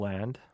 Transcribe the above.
Land